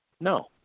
no